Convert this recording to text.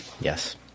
Yes